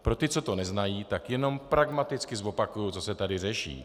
Pro ty, co to neznají, tak jenom pragmaticky zopakuji, co se tady řeší.